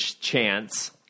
chance